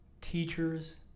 teachers